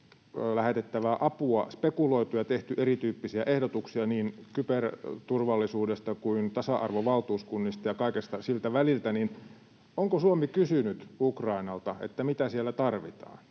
lähetettävää apua spekuloitu ja tehty erityyppisiä ehdotuksia niin kyberturvallisuudesta kuin tasa-arvovaltuuskunnista ja kaikesta siltä väliltä: onko Suomi kysynyt Ukrainalta, mitä siellä tarvitaan?